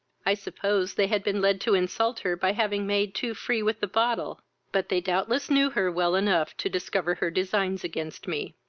i supposed they had been led to insult her by having made too free with the bottle but they doubtless knew her well enough to discover her designs against me.